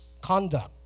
conduct